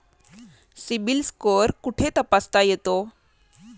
CIBIL score कुठे तपासता येतो?